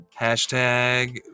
Hashtag